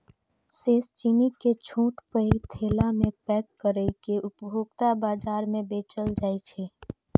शेष चीनी कें छोट पैघ थैला मे पैक कैर के उपभोक्ता बाजार मे बेचल जाइ छै